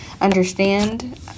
understand